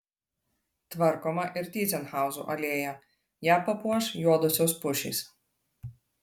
tvarkoma ir tyzenhauzų alėja ją papuoš juodosios pušys